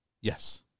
Yes